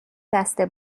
بسته